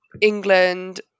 England